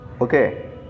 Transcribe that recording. Okay